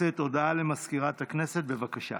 הודעה למזכירת הכנסת, בבקשה.